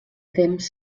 temps